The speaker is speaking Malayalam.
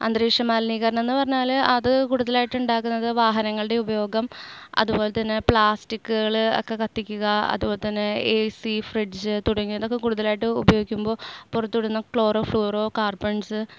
അന്തരീക്ഷമലിനീകരണമെന്ന് പറഞ്ഞാൽ അത് കൂടുതലായിട്ട് ഉണ്ടാകുന്നത് വാഹനങ്ങളുടെ ഉപയോഗം അതുപോലെതന്നെ പ്ലാസ്റ്റിക്കുകൾ ഒക്കെ കത്തിക്കുക അതുപോലെ തന്നെ എ സി ഫ്രിഡ്ജ് തുടങ്ങിയതൊക്കെ കൂടുതലായിട്ട് ഉപയോഗിക്കുമ്പോൾ പുറത്തുവിടുന്ന ക്ലോറോഫ്ലൂറോകാർബൻസ്